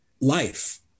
life